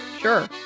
Sure